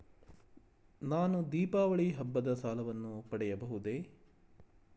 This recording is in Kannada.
ನಾನು ದೀಪಾವಳಿ ಹಬ್ಬದ ಸಾಲವನ್ನು ಪಡೆಯಬಹುದೇ?